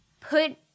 put